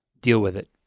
deal with it.